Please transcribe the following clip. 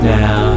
now